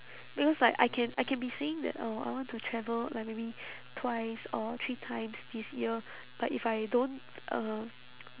because like I can I can be saying that uh I want to travel like maybe twice or three times this year but if I don't um